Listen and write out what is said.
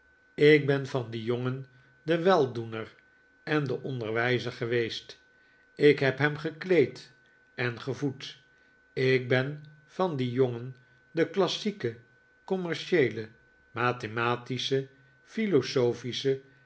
ik ben van dien jongen de weldoener en de onderwijzer geweest ik heb hem gekleed en gevoed ik ben van dien jongen de klassieke commercieele mathematische philosophische